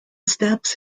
stabs